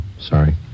Sorry